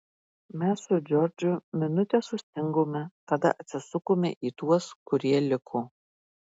mes su džordžu minutę sustingome tada atsisukome į tuos kurie liko